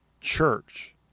church